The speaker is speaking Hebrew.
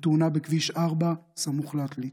בתאונה בכביש 4 סמוך לעתלית.